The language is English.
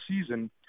season